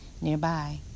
nearby